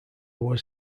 was